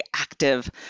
active